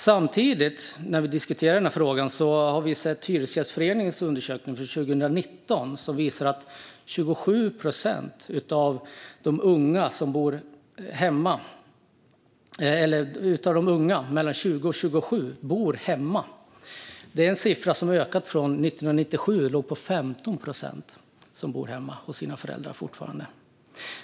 Samtidigt har vi sett att Hyresgästföreningens undersökning för 2019 visar att 27 procent av unga mellan 20 och 27 år bor hemma. Det är en siffra som har ökat från 1997, då det var 15 procent som fortfarande bodde hemma hos sina föräldrar.